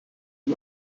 dem